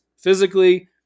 physically